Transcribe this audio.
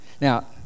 Now